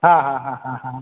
হ্যাঁ হ্যাঁ হ্যাঁ হ্যাঁ হ্যাঁ